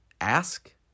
Ask